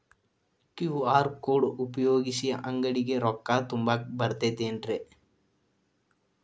QR code ಉಪಯೋಗಿಸಿ, ಅಂಗಡಿಗೆ ರೊಕ್ಕಾ ತುಂಬಾಕ್ ಬರತೈತೇನ್ರೇ?